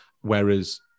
Whereas